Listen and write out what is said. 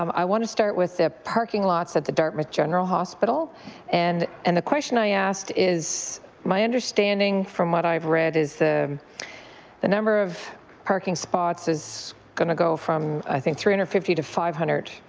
um i want to start with the parking lots at the dartmouth general hospital and and the question i asked is my understanding from what i have read is the the number of parking spots is going to go from i think three hundred and fifty to five hundred,